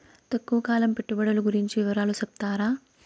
తక్కువ కాలం పెట్టుబడులు గురించి వివరాలు సెప్తారా?